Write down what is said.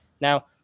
Now